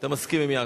אתה מסכים עם יעקב.